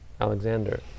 Alexander